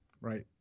Right